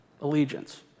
Allegiance